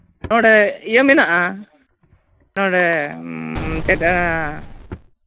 ᱱᱚᱰᱮ ᱤᱭᱟᱹ ᱢᱮᱱᱟᱜᱼᱟ ᱱᱚᱰᱮ ᱪᱮᱫ